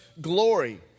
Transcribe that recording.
glory